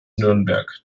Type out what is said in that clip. nürnberg